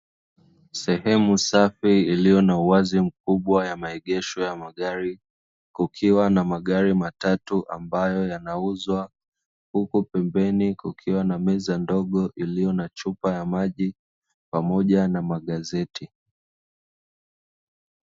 Sehemu safi iliyo na uwazi mkubwa ya maegesho ya magari kukiwa na magari matatu, ambayo yanauzwa huku pembeni kukiwa na meza ndogo iliyo na chupa ya maji pamoja na magazeti.